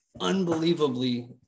unbelievably